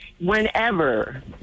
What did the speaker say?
whenever